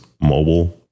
mobile